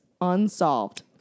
unsolved